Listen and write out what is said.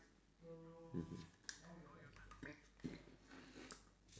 mmhmm